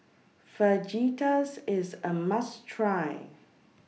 Fajitas IS A must Try